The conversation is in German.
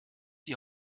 die